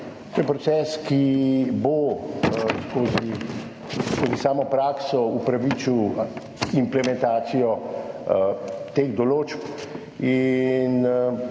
To je proces, ki bo skozi samo prakso upravičil implementacijo teh določb.